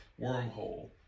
wormhole